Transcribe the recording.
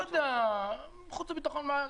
חוץ וביטחון.